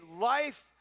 life